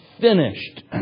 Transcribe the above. finished